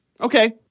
Okay